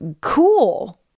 cool